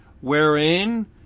wherein